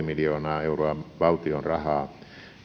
miljoonaa euroa valtion rahaa